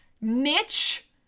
Mitch